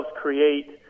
create